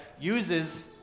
uses